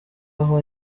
aho